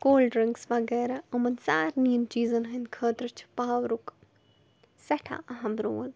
کول drinks وغیرہ یِمَن سارنٕے چیٖزن ہٕنٛدۍ خٲطرٕ چھِ پاورُک سٮ۪ٹھاہ اَہم رول